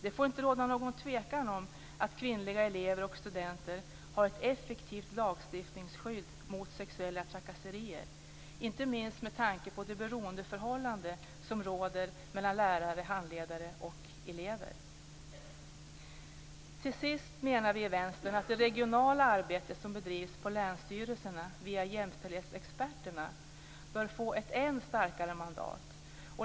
Det får inte råda någon tvekan om att kvinnliga elever och studenter har ett effektivt lagstiftningsskydd mot sexuella trakasserier, inte minst med tanke på det beroendeförhållande som råder mellan lärare eller handledare och elever. Till sist menar vi i Vänstern att det regionala arbete som bedrivs på länsstyrelserna via jämställdhetsexperter bör få ett än starkare mandat.